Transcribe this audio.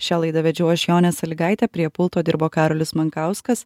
šią laidą vedžiau aš jonė salygaitė prie pulto dirbo karolis monkauskas